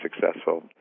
successful